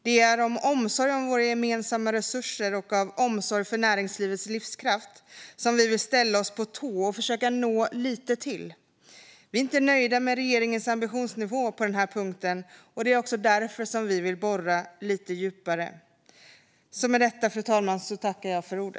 Det är av omsorg om våra gemensamma resurser och av omsorg för näringslivets livskraft som vi vill försöka anstränga oss att nå lite till. Vi är inte nöjda med regeringens ambitionsnivå på denna punkt. Det är också därför som vi vill borra lite djupare.